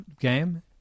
game